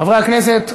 חברי הכנסת,